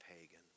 pagan